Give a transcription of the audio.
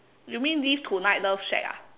you mean live tonight love shack ah